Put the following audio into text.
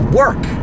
work